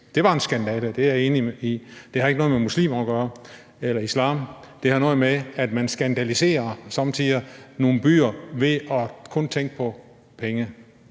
Det var en skandale, det er jeg enig i. Det har ikke noget med muslimer at gøre eller islam, men det har noget at gøre med, at man somme tider vandaliserer nogle byer ved kun at tænke på penge.